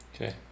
Okay